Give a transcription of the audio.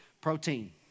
Protein